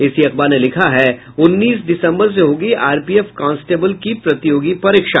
इसी अखबार ने लिखा है उन्नीस दिसंबर से होगी आरपीएफ कांस्टेबल की प्रतियोगी परीक्षा